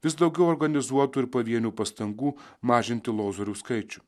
vis daugiau organizuotų ir pavienių pastangų mažinti lozorių skaičių